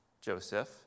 Joseph